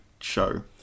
show